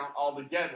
altogether